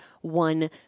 one